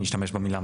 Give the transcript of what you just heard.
נשתמש במילה,